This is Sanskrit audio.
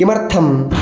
किमर्थं